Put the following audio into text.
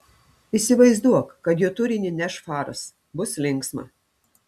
įsivaizduok kad jo turinį neš faras bus linksma